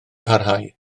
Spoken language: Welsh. parhau